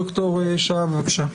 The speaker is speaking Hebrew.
ד"ר שהב, בבקשה.